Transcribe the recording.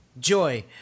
Joy